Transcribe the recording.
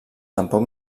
tampoc